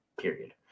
Period